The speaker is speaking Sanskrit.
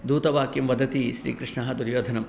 दूतवाक्यं वदति श्रीकृष्णः दुर्योधनं